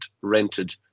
rented